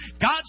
God